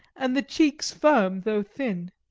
and the cheeks firm though thin.